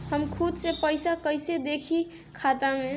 हम खुद से पइसा कईसे देखी खाता में?